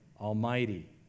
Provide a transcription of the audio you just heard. Almighty